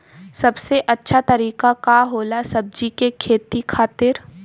सबसे अच्छा तरीका का होला सब्जी के खेती खातिर?